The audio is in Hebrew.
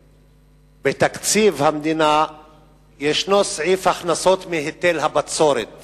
בתקציב המדינה ישנו סעיף הכנסות מהיטל הבצורת